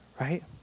Right